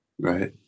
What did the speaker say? right